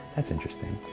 that's interesting.